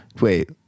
Wait